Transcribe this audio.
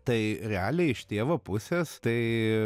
tai realiai iš tėvo pusės tai